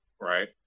right